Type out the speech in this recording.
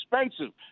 expensive